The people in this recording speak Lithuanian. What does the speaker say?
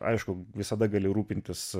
aišku visada gali rūpintis